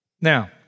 Now